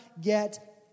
get